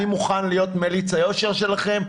אני מוכן להיות מליץ היושר שלכם,